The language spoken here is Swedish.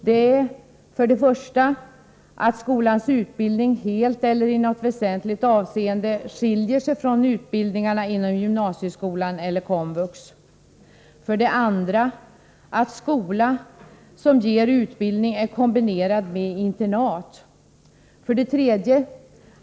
Dessa villkor är: 1. att skolans utbildning helt eller i något väsentligt avseende skiljer sig från utbildningarna inom gymnasieskolan eller komvux, 2. att skola som ger utbildning är kombinerad med internat, .